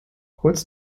kurz